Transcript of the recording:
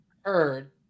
heard